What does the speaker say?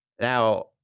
Now